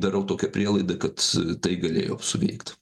darau tokią prielaidą kad tai galėjo suveikt